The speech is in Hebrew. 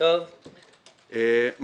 רק של האוטובוסים.